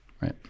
Right